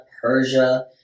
Persia